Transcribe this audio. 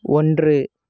ஒன்று